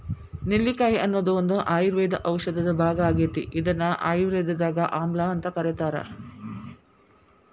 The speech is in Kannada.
ನೆಲ್ಲಿಕಾಯಿ ಅನ್ನೋದು ಒಂದು ಆಯುರ್ವೇದ ಔಷಧದ ಭಾಗ ಆಗೇತಿ, ಇದನ್ನ ಆಯುರ್ವೇದದಾಗ ಆಮ್ಲಾಅಂತ ಕರೇತಾರ